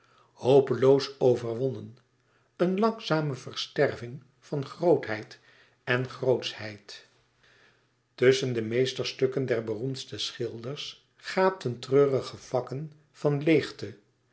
hopeloos overwonnen een langzame versterving van grootheid en grootschheid tusschen de meesterstukken der beroemdste schilders gaapten treurige vakken van leêgte